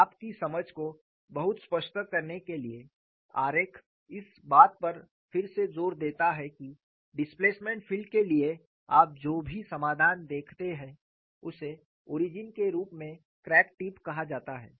आपकी समझ को बहुत स्पष्ट करने के लिए आरेख इस बात पर फिर से जोर देता है कि डिस्प्लेसमेंट फील्ड के लिए आप जो भी समाधान देखते हैं उसे ओरिजिन के रूप में क्रैक टिप कहा जाता है